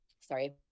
sorry